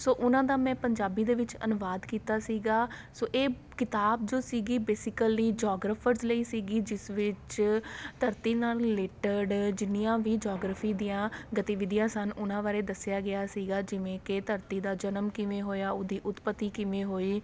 ਸੋ ਉਹਨਾਂ ਦਾ ਮੈਂ ਪੰਜਾਬੀ ਦੇ ਵਿੱਚ ਅਨੁਵਾਦ ਕੀਤਾ ਸੀਗਾ ਸੋ ਇਹ ਕਿਤਾਬ ਜੋ ਸੀਗੀ ਬੇਸਿਕਲੀ ਜੌਗਰਫਰਸ ਲਈ ਸੀਗੀ ਜਿਸ ਵਿੱਚ ਧਰਤੀ ਨਾਲ ਰਿਲੇਟਿਡ ਜਿੰਨੀਆਂ ਵੀ ਜੌਗਰਫੀ ਦੀਆਂ ਗਤੀਵਿਧੀਆਂ ਸਨ ਉਹਨਾਂ ਬਾਰੇ ਦੱਸਿਆ ਗਿਆ ਸੀਗਾ ਜਿਵੇਂ ਕਿ ਧਰਤੀ ਦਾ ਜਨਮ ਕਿਵੇਂ ਹੋਇਆ ਉਹਦੀ ਉਤਪੱਤੀ ਕਿਵੇਂ ਹੋਈ